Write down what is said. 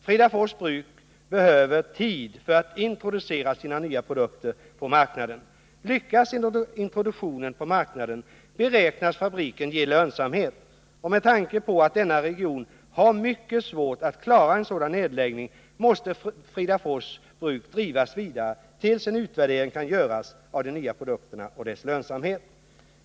Fridafors bruk behöver tid för att introducera sina nya produkter på marknaden. Lyckas introduktionen på marknaden beräknas fabriken ge lönsamhet. Med tanke på att denna region har mycket svårt att klara en sådan nedläggning måste Fridafors bruk drivas vidare tills en utvärdering kan göras av de nya produkterna och deras lönsamhet.